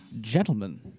Gentlemen